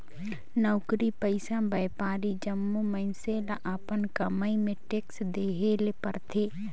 नउकरी पइसा, बयपारी जम्मो मइनसे ल अपन कमई में टेक्स देहे ले परथे